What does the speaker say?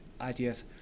ideas